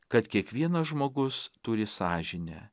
kad kiekvienas žmogus turi sąžinę